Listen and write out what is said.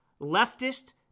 leftist